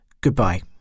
goodbye